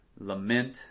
lament